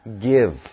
give